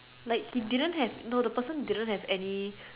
like he didn't have no the person didn't have any